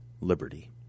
liberty